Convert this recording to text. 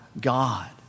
God